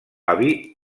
avi